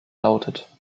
lautet